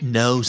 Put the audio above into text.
no